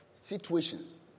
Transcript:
situations